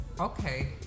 Okay